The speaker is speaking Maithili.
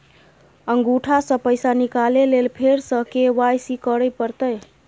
अंगूठा स पैसा निकाले लेल फेर स के.वाई.सी करै परतै?